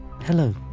Hello